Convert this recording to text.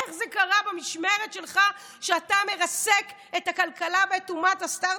איך זה קרה במשמרת שלך שאתה מרסק את הכלכלה ואת אומת הסטרטאפ?